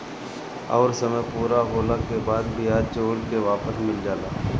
अउर समय पूरा होला के बाद बियाज जोड़ के वापस मिल जाला